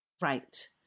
Right